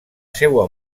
seua